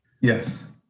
Yes